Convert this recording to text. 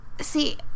see